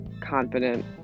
confident